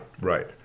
right